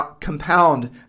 compound